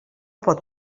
pot